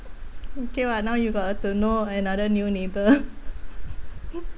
okay lah now you got to know another new neighbour